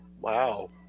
Wow